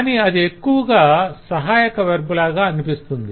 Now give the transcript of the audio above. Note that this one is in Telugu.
కాని అది ఎక్కువగా సహాయక వెర్బ్ లాగా అనిపిస్తుంది